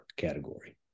category